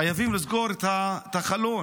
וחייבים לסגור את החלון.